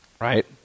right